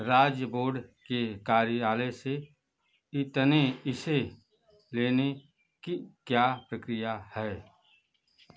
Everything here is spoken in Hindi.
राज्य बोर्ड के कार्यालय से इतने इसे लेने की क्या प्रक्रिया है